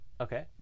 okay